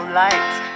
lights